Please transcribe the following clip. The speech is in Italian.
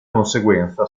conseguenza